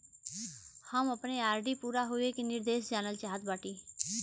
हम अपने आर.डी पूरा होवे के निर्देश जानल चाहत बाटी